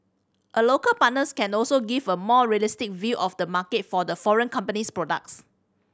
a local partners can also give a more realistic view of the market for the foreign company's products